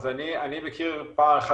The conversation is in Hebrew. אני מכיר פער אחד,